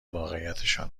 واقعیتشان